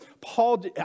Paul